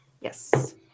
yes